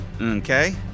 Okay